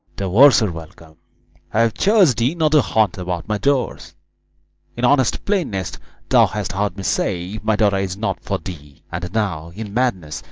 the worser welcome i have charged thee not to haunt about my doors in honest plainness thou hast heard me say my daughter is not for thee and now, in madness,